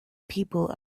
people